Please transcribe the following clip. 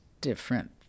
different